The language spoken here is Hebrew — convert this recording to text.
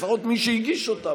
לפחות מי שהגיש אותה,